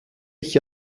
ich